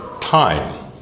time